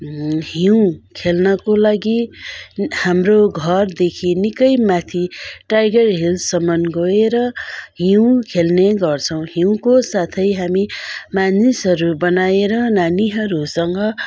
हिउँ खेल्नको लागि हाम्रो घरदेखि निकै माथि टाइगर हिल्ससम्म गएर हिउँ खेल्ने गर्छौँ हिउँको साथै हामी मानिसहरू बनाएर नानीहरूसँग